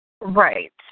Right